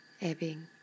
Ebbing